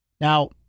Now